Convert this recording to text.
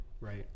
right